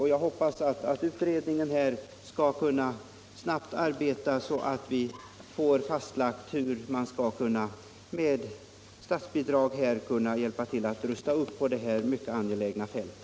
Jag hoppas därför att utredningen kan arbeta snabbt, så att vi får fastlagt hur man med statsbidrag skall kunna hjälpa till att rusta upp på detta mycket angelägna område.